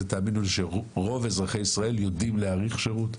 - תאמינו לי שרוב אזרחי ישראל יודעים להעריך שירות,